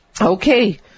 Okay